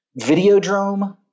Videodrome